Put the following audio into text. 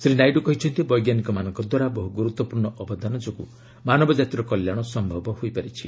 ଶ୍ରୀ ନାଇଡୁ କହିଛନ୍ତି ବୈଜ୍ଞାନିକମାନଙ୍କ ଦ୍ୱାରା ବହୁ ଗୁରୁତ୍ୱପୂର୍ଣ୍ଣ ଅବଦାନ ଯୋଗୁଁ ମାନବଜାତିର କଲ୍ୟାଣ ସମ୍ଭବ ହୋଇଛି